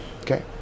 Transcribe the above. Okay